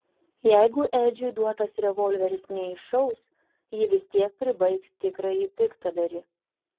jeigu edžiui duotas revolveris neiššaus ji vis tiek pribaigs tikrąjį piktadarį